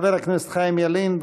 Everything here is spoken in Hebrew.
חבר הכנסת חיים ילין,